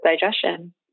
digestion